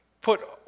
put